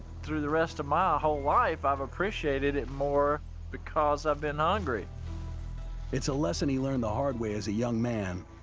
through the rest of my whole life, i've appreciated it more because i've been ah hungry. narrator it's a lesson he learned the hard way as a young man.